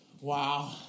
wow